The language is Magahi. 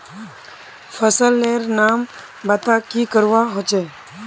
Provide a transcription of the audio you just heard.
फसल लेर नाम बता की करवा होचे?